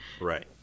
Right